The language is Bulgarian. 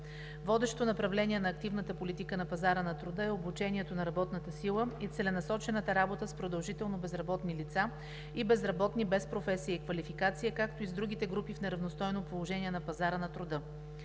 Водещо направление на активната политика на пазара на труда е обучението на работната сила и целенасочената работа с продължително безработни лица и безработни без професия и квалификация, както и с другите групи в неравностойно положение на пазара на труда.